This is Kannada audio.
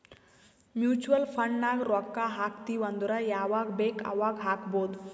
ಮ್ಯುಚುವಲ್ ಫಂಡ್ ನಾಗ್ ರೊಕ್ಕಾ ಹಾಕ್ತಿವ್ ಅಂದುರ್ ಯವಾಗ್ ಬೇಕ್ ಅವಾಗ್ ಹಾಕ್ಬೊದ್